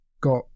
got